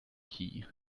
key